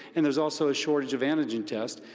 and there's also a shortage of antigen tests.